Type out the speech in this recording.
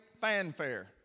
fanfare